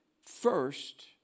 first